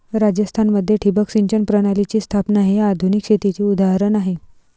राजस्थान मध्ये ठिबक सिंचन प्रणालीची स्थापना हे आधुनिक शेतीचे उदाहरण आहे